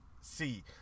See